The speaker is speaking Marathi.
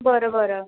बरं बरं